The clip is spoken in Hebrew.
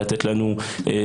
לתת לנו סקירה.